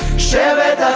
shabbat